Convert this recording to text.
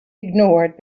ignored